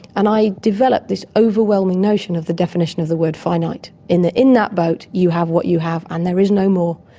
and i developed this overwhelming notion of the definition of the word finite, in that in that boat you have what you have and there is no more,